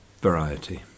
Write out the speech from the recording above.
variety